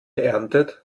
erntet